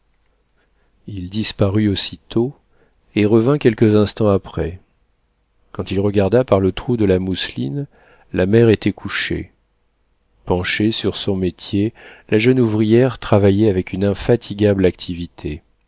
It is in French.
il disparut aussitôt et revint quelques instants après quand il regarda par le trou de la mousseline la mère était couchée penchée sur son métier la jeune ouvrière travaillait avec une infatigable activité